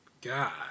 God